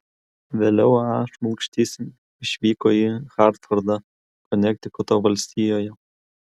vėliau a šmulkštys išvyko į hartfordą konektikuto valstijoje